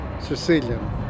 Sicilian